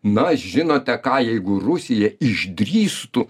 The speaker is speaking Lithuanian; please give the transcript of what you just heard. na žinote ką jeigu rusija išdrįstų